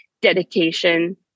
dedication